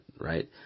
right